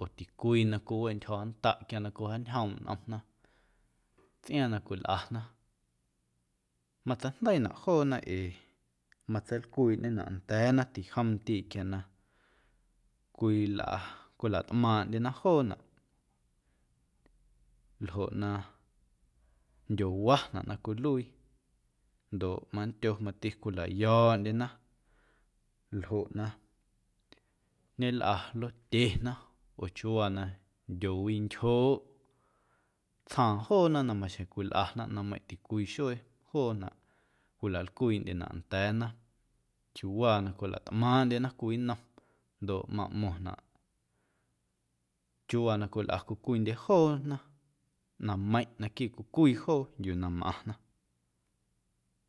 oo ticwii na cwiweꞌntyjo̱ndaꞌ quia na cwijaañjoomꞌ nꞌomna tsꞌiaaⁿ na cwilꞌana mateijndeiinaꞌ joona ee matseilcwiiꞌñenaꞌ nda̱a̱na tijomndiiꞌ quia na cwilꞌa cwilatꞌmaaⁿꞌndyena joonaꞌ ljoꞌ na nndyowanaꞌ na cwiluii ndoꞌ mati mandyo cwilayo̱o̱ꞌndyena ljoꞌ na ñelꞌa lotyena oo chiuuwaa na ndyowintyjooꞌ tsjaaⁿ joona na maxjeⁿ cwilꞌana ꞌnaⁿmeiⁿꞌ ticwii xuee joonaꞌ cwilalcwiiꞌndyenaꞌ nda̱a̱na chiuuwaa na cwilatꞌmaaⁿꞌndyena cwii nnom ndoꞌ maꞌmo̱ⁿnaꞌ chiuuwaa na cwilꞌa cwii cwiindye joona ꞌnaⁿmeiⁿꞌ naquiiꞌ cwii cwii joo yuu na mꞌaⁿna.